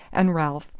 and ralph,